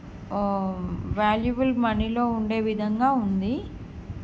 valuable మనీలో ఉండే విధంగా ఉంది